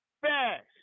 Fast